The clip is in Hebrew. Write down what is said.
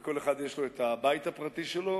וכל אחד יש לו את הבית הפרטי שלו.